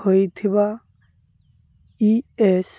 ହୋଇଥିବା E S